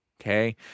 okay